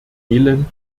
elend